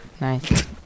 Nice